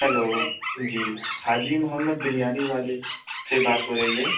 hello جی حاجی محمد بریانی والے سے بات ہو رہی ہے